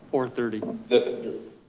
or thirty.